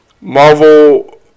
Marvel